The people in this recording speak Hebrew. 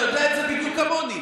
אתה יודע את זה בדיוק כמוני.